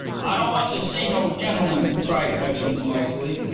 i don't want to see no gentleman, cried hutchins noisily.